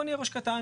בואו נהיה ראש קטן.